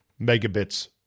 megabits